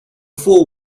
fool